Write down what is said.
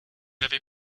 avez